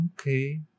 Okay